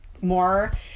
more